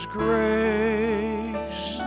grace